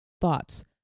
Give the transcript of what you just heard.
thoughts